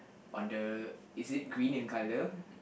on the is it green in colour